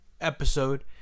episode